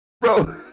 Bro